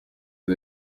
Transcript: izo